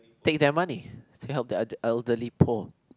take their money to help the el~ elderly poor